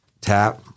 tap